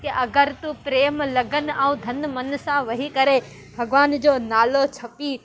की अगरि तूं प्रेम लगन ऐं धनु मन सां वेही करे भॻवान जो नालो छपी